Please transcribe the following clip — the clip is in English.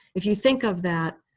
if you think of that